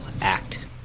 act